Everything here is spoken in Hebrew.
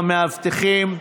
המאבטחים,